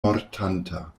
mortanta